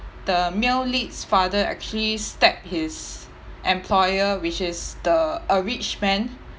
the male lead's father actually stabbed his employer which is the a rich man